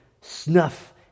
snuff